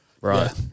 Right